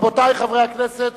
רבותי חברי הכנסת,